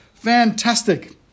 fantastic